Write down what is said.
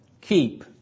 keep